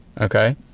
Okay